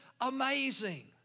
amazing